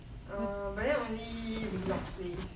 err but then only wheelock place